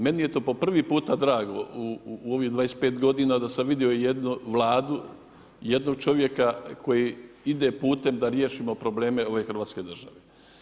Meni je to po prvi puta drago u ovih 25 godina da sam vidio jednu Vladu, jednog čovjeka koji ide putem da riješimo probleme ove Hrvatske države.